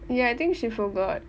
ya I think she forgot